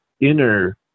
inner